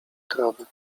trawę